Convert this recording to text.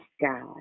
God